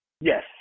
yes